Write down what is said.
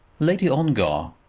lady ongar,